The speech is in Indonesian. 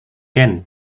ken